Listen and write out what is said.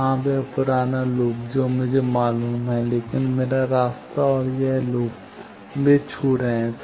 हां वह पुराना लूप जो मुझे मालूम है लेकिन मेरा रास्ता और यह लूप वे छू रहे हैं